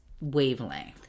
Wavelength